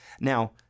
Now